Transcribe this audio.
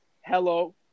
Hello